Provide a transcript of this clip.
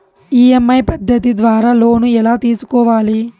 EMI పద్ధతి ద్వారా loan ఎలా తీసుకోవాలి